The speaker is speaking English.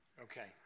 Okay